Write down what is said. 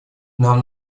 нам